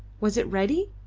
was it ready?